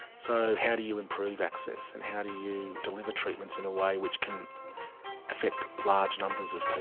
so how do you improve access and how do you deliver treatments in a way which can affect large numbers of